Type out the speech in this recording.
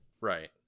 Right